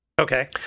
Okay